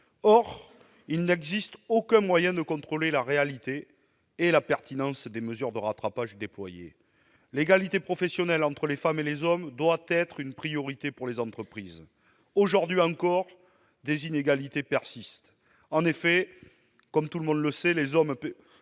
Or il n'existe aucun moyen de contrôler la réalité ni la pertinence des mesures de rattrapage déployées. L'égalité professionnelle entre les femmes et les hommes doit être une priorité pour les entreprises. Aujourd'hui encore, des inégalités persistent. En effet, comme tout le monde le sait, les hommes